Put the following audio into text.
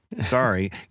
sorry